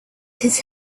his